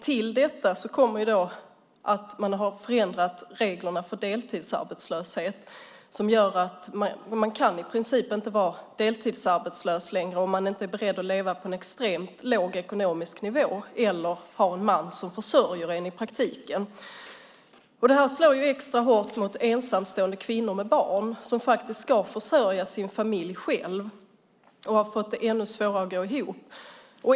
Till detta kommer att man har förändrat reglerna för deltidsarbetslöshet som gör att man i princip inte kan vara deltidsarbetslös om man inte är beredd att leva på en extremt låg ekonomisk nivå eller har en man som försörjer en. Det slår extra hårt mot ensamstående kvinnor med barn. De ska ju försörja sina familjer själva. De har fått det ännu svårare att gå ihop.